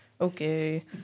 okay